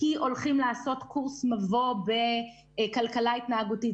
כי הולכים לעשות קורס מבוא בכלכלה התנהגותית,